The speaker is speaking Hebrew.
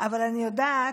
אבל אני יודעת